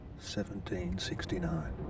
1769